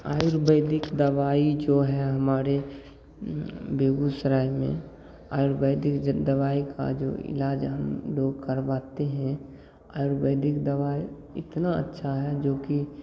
आयुर्वेदिक दवाई जो है हमारे बेगूसराय में आयुर्वेदिक दवाई का जो इलाज हम लोग करवाते हैं आयुर्वेदिक दवाई इतना अच्छा है जो कि